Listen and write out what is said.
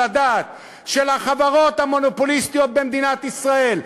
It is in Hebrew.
הדעת של החברות המונופוליסטיות במדינת ישראל,